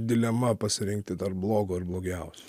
dilema pasirinkti dar blogo ir blogiausio